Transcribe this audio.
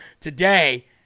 today